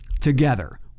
Together